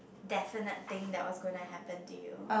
definite thing that was going to happen to you